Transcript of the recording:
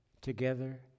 Together